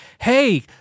hey